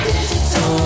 Digital